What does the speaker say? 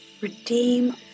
Redeem